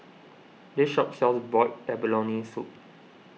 this shop sells Boiled Abalone Soup